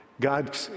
God